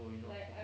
oh you know